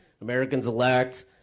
Americans-elect